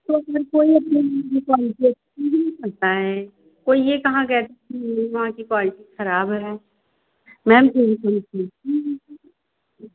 बताए कोई यह कहाँ कह रहा कि वहाँ की क्वालिटी ख़राब है मैम